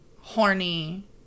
horny